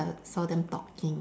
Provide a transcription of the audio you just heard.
then I saw them talking